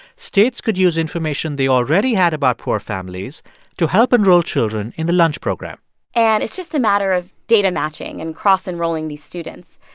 states could use information they already had about poor families to help enroll children in the lunch program and it's just a matter of data matching and cross-enrolling these students.